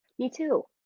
me too.